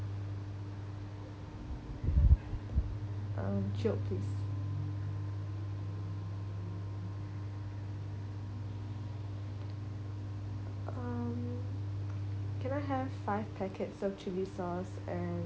um chilled please um can I have five packets of chilli sauce and